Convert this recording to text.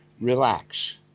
relax